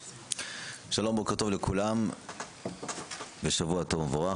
בוקר טוב לכולם ושבוע טוב ומבורך,